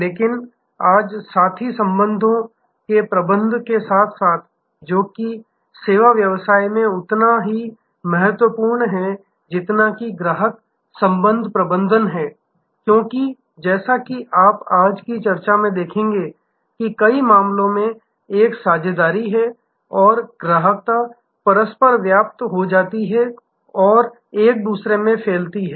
लेकिन आज साथी संबंधों के प्रबंधन के साथ साथ जो कि सेवा व्यवसाय में उतना ही महत्वपूर्ण है जितना ग्राहक संबंध प्रबंधन है क्योंकि जैसा कि आप आज की चर्चा से देखेंगे कि कई मामलों में एक साझेदारी है और ग्राहकता परस्पर व्याप्त ओवरलैप होती है और एक दूसरे में फैलती है